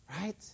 Right